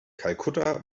kalkutta